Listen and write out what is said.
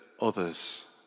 others